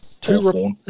Two